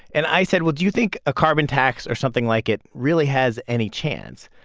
and i said, well, do you think a carbon tax or something like it really has any chance?